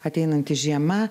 ateinanti žiema